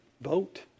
vote